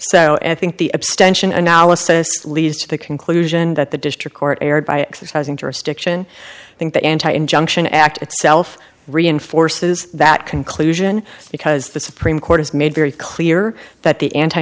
and think the abstention analysis leads to the conclusion that the district court erred by exercising jurisdiction i think that anti injunction act itself reinforces that conclusion because the supreme court has made very clear that the anti